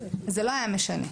זה לא היה משנה.